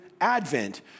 advent